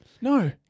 No